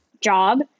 job